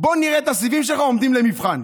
בוא נראה את הסיבים שלך עומדים למבחן.